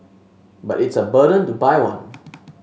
but it's a burden to buy one